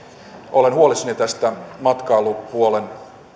olen huolissani tästä matkailupuolen